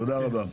תודה רבה.